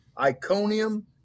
Iconium